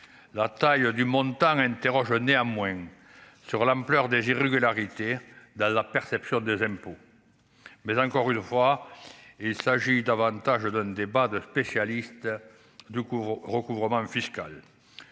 la taille du montant interroge néanmoins sur l'ampleur des irrégularités dans la perception des impôts, mais encore une fois, et il s'agit davantage donne débat de spécialistes du cours recouvrement fiscal